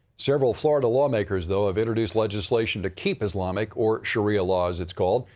several florida lawmakers, though, have introduced legislation to keep islamic, or sharia law, as its called,